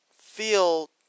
feel